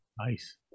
Nice